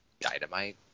dynamite